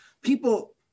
people